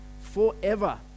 forever